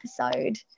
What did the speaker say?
episode